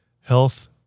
health